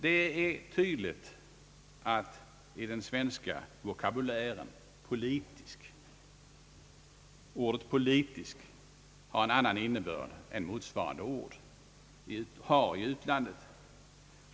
Det är tydligt att i den svenska vokabulären ordet »politisk» har en annan innebörd än motsvarande ord har i utlandet.